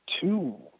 Two